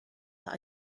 that